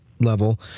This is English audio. level